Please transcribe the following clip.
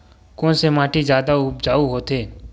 कोन से माटी जादा उपजाऊ होथे?